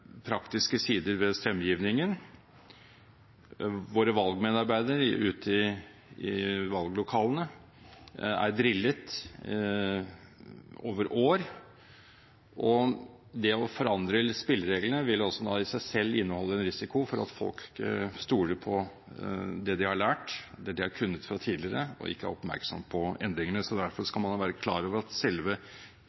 praktiske sider ved stemmegivningen. Våre valgmedarbeidere ute i valglokalene er drillet over år, og det å forandre spillereglene vil også i seg selv inneholde en risiko fordi folk stoler på det de har lært, det de har kunnet fra tidligere, og ikke er oppmerksom på endringene. Derfor skal man være klar over at selve